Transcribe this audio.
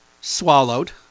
swallowed